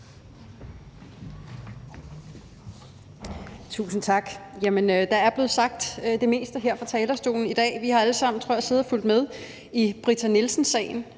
Tusind tak. Der er blevet sagt det meste om det her fra talerstolen i dag. Vi har alle sammen, tror jeg, siddet og fulgt med i Britta Nielsen-sagen